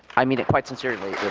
i mean it quite sincerely.